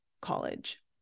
college